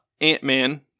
Ant-Man